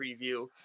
preview